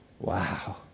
Wow